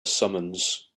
summons